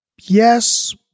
Yes